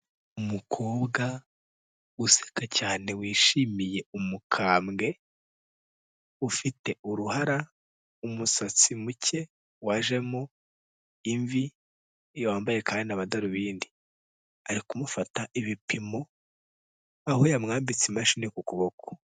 Umukobwa useka cyane wishimiye umukambwe, ufite uruhara umusatsi muke wajemo imvi, yambaye kandi amadarubindi, ari kumufata ibipimo aho yamwambitse imashini ku kuboko.